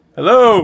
Hello